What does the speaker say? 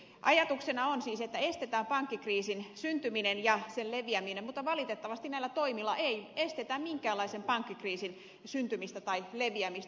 ajatuksena on siis että estetään pankkikriisin syntyminen ja sen leviäminen mutta valitettavasti näillä toimilla ei estetä minkäänlaisen pankkikriisin syntymistä tai leviämistä